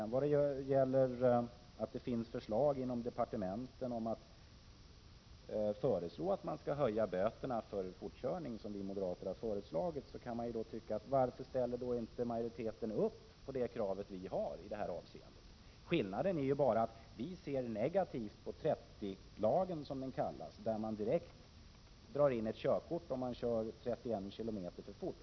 När det gäller det moderata förslaget om att höja böterna för fortkörning, kan man undra varför inte majoriteten ställer upp bakom detta vårt krav. Skillnaden är ju bara att vi ser negativt på den s.k. 30-lagen, enligt vilken man direkt drar in körkortet för den som kör 31 km för fort.